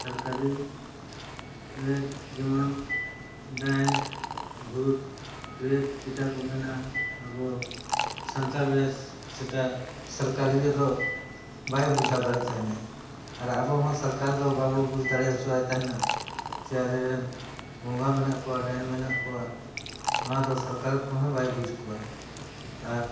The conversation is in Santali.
ᱥᱚᱨᱠᱟᱨᱤ ᱨᱮ ᱡᱮᱢᱚᱱ ᱰᱟᱭᱤᱱ ᱵᱷᱩᱛ ᱨᱮ ᱡᱮᱴᱟ ᱠᱚ ᱢᱮᱱᱟ ᱟᱵᱚ ᱥᱟᱱᱛᱟᱲ ᱨᱮ ᱥᱮᱴᱟ ᱥᱚᱨᱠᱟᱨᱤ ᱨᱮᱫᱚ ᱵᱟᱭ ᱵᱩᱡᱷᱟᱹᱣ ᱫᱟᱲᱮᱜ ᱛᱟᱦᱮᱱᱟ ᱟᱨ ᱟᱵᱚᱦᱚᱸ ᱥᱚᱨᱠᱟᱨ ᱫᱚ ᱵᱟᱵᱚ ᱵᱩᱡᱽ ᱫᱟᱲᱮ ᱦᱚᱪᱚᱣᱟᱭ ᱛᱟᱦᱮᱱᱟ ᱡᱮ ᱟᱞᱮᱨᱮᱱ ᱵᱚᱸᱜᱟ ᱢᱮᱱᱟᱜ ᱠᱚᱣᱟ ᱰᱟᱭᱤᱱ ᱢᱮᱱᱟᱜ ᱠᱚᱣᱟ ᱱᱚᱣᱟ ᱫᱚ ᱥᱚᱨᱠᱟᱨ ᱠᱚᱦᱚᱸ ᱵᱟᱭ ᱵᱩᱡᱽ ᱠᱚᱣᱟᱭ ᱟᱨ